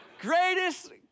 Greatest